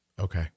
Okay